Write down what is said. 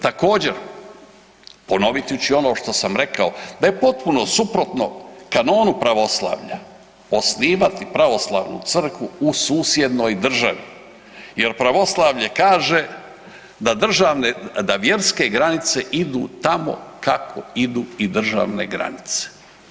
Također, ponoviti ću i ono što sam rekao da je potpuno suprotno kanonu pravoslavlja osnivati pravoslavnu crkvu u susjednoj državi jer pravoslavlje kaže da vjerske granice idu tamo kako idu i državne granice.